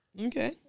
Okay